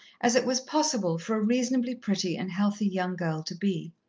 as it was possible for a reasonably pretty and healthy young girl to be.